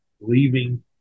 Leaving